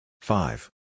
Five